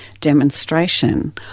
demonstration